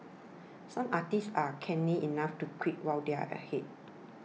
some artists are canny enough to quit while they are ahead